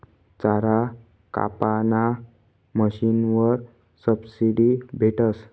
चारा कापाना मशीनवर सबशीडी भेटस